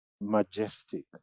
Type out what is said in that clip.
majestic